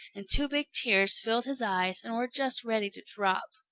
and two big tears filled his eyes and were just ready to drop.